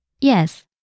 Yes